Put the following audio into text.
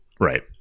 right